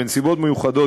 בנסיבות מיוחדות,